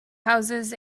houses